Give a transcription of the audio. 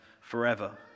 forever